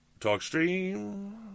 TalkStream